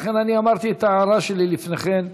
לכן אני אמרתי את ההערה שלי לפני כן.